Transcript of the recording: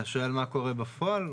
אתה שואל מה קורה בפועל?